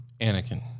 Anakin